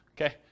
Okay